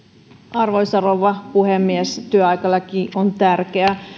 arvoisa rouva puhemies työaikalaki on tärkeä